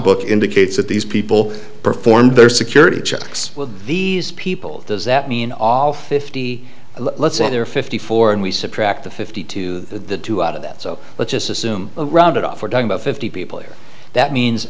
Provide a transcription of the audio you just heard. book indicates that these people performed their security checks with these people does that mean all fifty let's say they're fifty four and we subtract the fifty two the two out of that so let's just assume rounded off we're talking about fifty people or that means